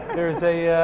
there's a